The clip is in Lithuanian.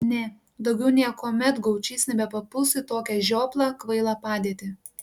ne daugiau niekuomet gaučys nebepapuls į tokią žioplą kvailą padėtį